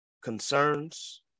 concerns